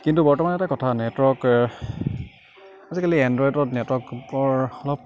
কিন্তু বৰ্তমান এটা কথা নেটৰ্ৱক আজিকালি এন্দ্ৰইডত নেটৱৰ্কৰ ফলত